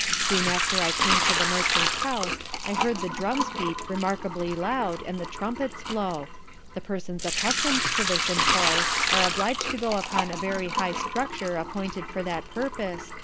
soon after i came to the merchant's house i heard the drums beat remarkably loud and the trumpets blow the persons accustom'd to this employ, are oblig'd to go upon a very high structure appointed for that purpose,